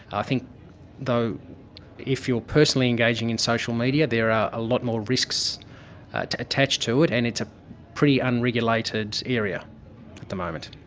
i think though if you are personally engaging in social media there are a lot more risks attached to it, and it's a pretty unregulated area at the moment.